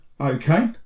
Okay